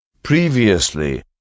Previously